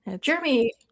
Jeremy